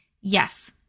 Yes